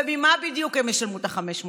וממה בדיוק הם ישלמו את ה-500 שקל?